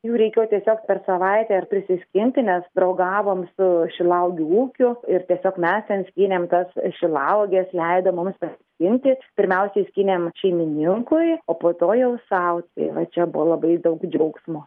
jų reikėjo tiesiog per savaitę ir prisiskinti nes draugavom su šilauogių ūkiu ir tiesiog mes ten skynėm tas šilauogės leido mums ten skintis pirmiausiai skynėm šeimininkui o po to jau sau tai va čia buvo labai daug džiaugsmo